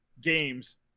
games